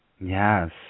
Yes